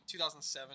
2007